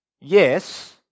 Yes